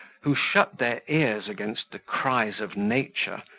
who shut their ears against the cries of nature,